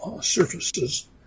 surfaces